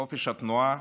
חופש התנועה,